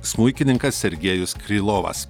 smuikininkas sergėjus krylovas